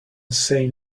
say